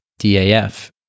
DAF